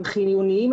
הם חיוניים,